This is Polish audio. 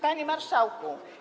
Panie Marszałku!